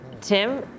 Tim